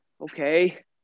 okay